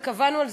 וקבענו,